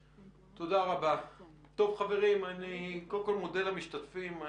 טוב, חברים, אני מודה למשתתפים.